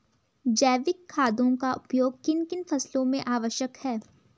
जैविक खादों का उपयोग किन किन फसलों में आवश्यक है?